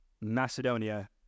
Macedonia